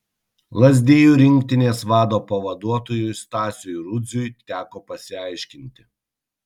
lazdijų rinktinės vado pavaduotojui stasiui rudziui teko pasiaiškinti